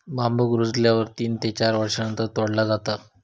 बांबुक रुजल्यावर तीन ते चार वर्षांनंतर तोडला जाता